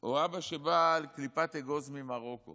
או אבא שבא על קליפת אגוז ממרוקו